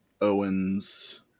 Owens